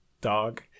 dog